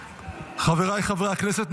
חבריי חברי הכנסת,